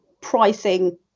pricing